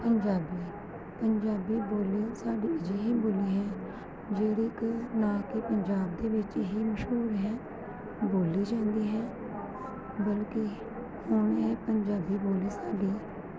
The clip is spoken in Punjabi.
ਪੰਜਾਬੀ ਪੰਜਾਬੀ ਬੋਲੀ ਸਾਡੀ ਅਜਿਹੀ ਬੋਲੀ ਹੈ ਜਿਹੜੀ ਕਿ ਨਾ ਕਿ ਪੰਜਾਬ ਦੇ ਵਿੱਚ ਹੀ ਮਸ਼ਹੂਰ ਹੈ ਬੋਲੀ ਜਾਂਦੀ ਹੈ ਬਲਕਿ ਹੁਣ ਇਹ ਪੰਜਾਬੀ ਬੋਲੀ ਸਾਡੀ